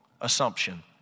assumption